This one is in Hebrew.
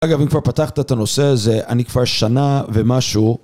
אגב, אם כבר פתחת את הנושא הזה, אני כבר שנה ומשהו.